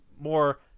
more